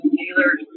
dealers